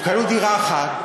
הם קנו דירה אחת,